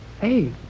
Hey